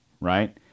right